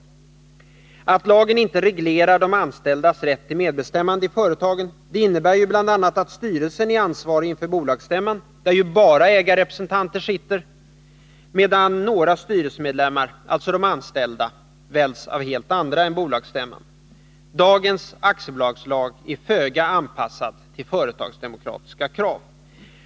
Att aktiebolagslagen inte reglerar de anställdas rätt till medbestämmande i företagen innebär bl.a. att styrelsen är ansvarig inför bolagsstämman, där bara ägarrepresentanter sitter, medan några styrelsemedlemmar — de anställda — väljs av helt andra än bolagsstämman. Dagens aktiebolagslag är föga anpassad till företagsdemokratiska krav.